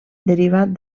derivat